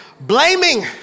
Blaming